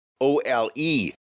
O-L-E